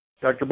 Dr